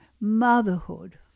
motherhood